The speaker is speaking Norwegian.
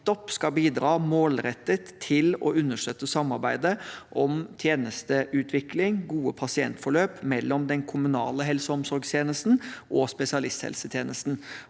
skal bidra målrettet til å understøtte samarbeidet om tjenesteutvikling og gode pasientforløp mellom den kommunale helse- og omsorgstjenesten og spesialisthelsetjenesten.